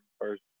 first